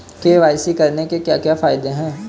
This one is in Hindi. के.वाई.सी करने के क्या क्या फायदे हैं?